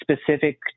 specific